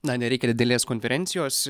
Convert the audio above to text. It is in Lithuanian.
na nereikia ir didelės konferencijos